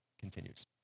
Continues